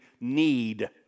need